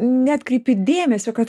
neatkreipi dėmesio kad